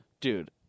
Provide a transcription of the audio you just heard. Dude